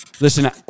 Listen